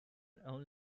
flown